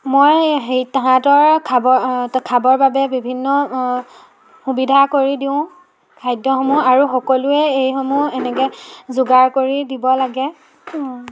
মই হেয়ি তাহাঁতৰ খাবৰ খাবৰ বাবে বিভিন্ন সুবিধা কৰি দিওঁ খাদ্যসমূহ আৰু সকলোৱে এইসমূহ এনেকৈ যোগাৰ কৰি দিব লাগে